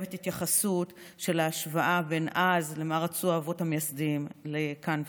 מחייבת התייחסות של השוואה בין מה שרצו אז האבות המייסדים לכאן ועכשיו.